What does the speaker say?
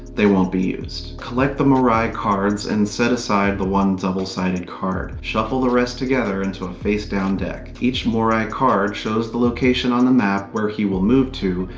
they won't be used. collect the moirai cards and set aside the one double-sided card. shuffle the rest together into a face-down deck. each moirai card shows the location on the map where he will move to,